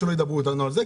שלא ידברו איתנו על זה,